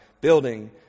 building